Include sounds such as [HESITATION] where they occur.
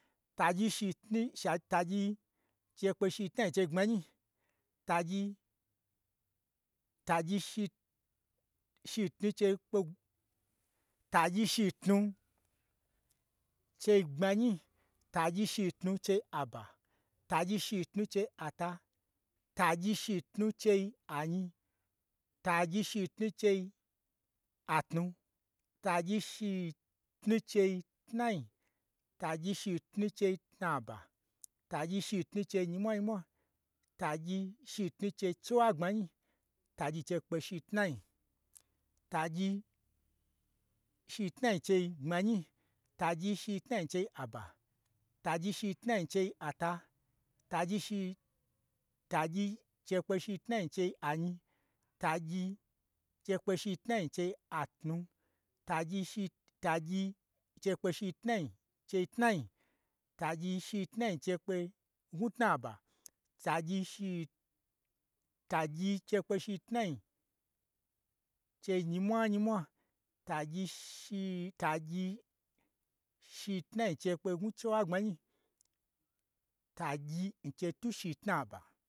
Tagyi, shitnu sha tagyi n chei kpe shitnai n chei gbmanyi, tagyi-tagyi shit shitnu n chei kpe tagyi shitnu chei gbmanyi, tagyi shitnu chei aba, tagyi shitnu chei ata, tagyi shitnu chei anyi, tagyi shitnu chei atnu, tagyi shitnu chei tnai, tagyi shitnu chei tnaba, tagyi shitnu chei nyimwanyimwa, tagyi shitnu chei chiwagbmanyi, tagyi n chei kpe shitnai, tagyi shitnai n chei gbmanyi, tagyi shitnai n chei aba, tagyi shitnai n chei ata, tagyi shi tagyi n chei kpe shitnai chei atnu, tagyi shitagyi n chei kpe shitnai n chei tnai, tagyi shi tnai n chei kpe n gnwu tnaba, tagyi shi [HESITATION] tagyi n chei kpe shitnai, chei nyimwa nyimwa, tagyi shitagyi shitnai n chei kpe gnwu chiwagbmanyi, tagyi n chei twu shi tnaba